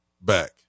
back